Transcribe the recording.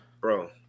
bro